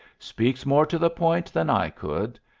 speaks more to the point than i could.